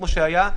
כמו שהיה.